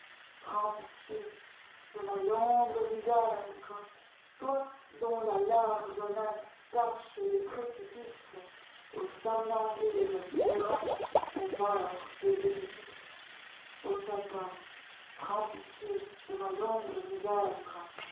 prends pilié de ma longue misère toi dont la large main cache les précipicesau somnambule errant au bord des édifices aux satins prends pitié de ma longue misère